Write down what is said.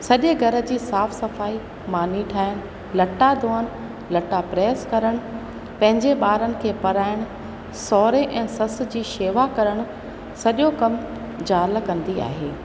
सॼे घर जी साफ़ु सफ़ाई मानी ठाहिण लटा धुअनि लटा प्रेस करनि पंहिंजे ॿारनि खे पढ़ाइनि सहुरे ऐं सस जी शेवा करनि सॼो कमु ज़ाल कंदी आहे